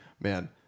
man